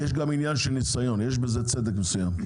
יש גם עניין של ניסיון, ויש בזה צדק מסוים.